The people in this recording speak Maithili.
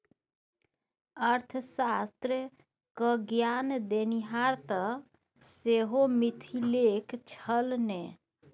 अर्थशास्त्र क ज्ञान देनिहार तँ सेहो मिथिलेक छल ने